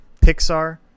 pixar